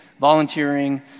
volunteering